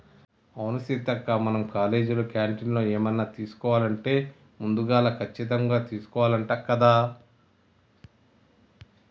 అవును సీతక్క మనం కాలేజీలో క్యాంటీన్లో ఏమన్నా తీసుకోవాలంటే ముందుగాల కచ్చితంగా తీసుకోవాల్నంట కదా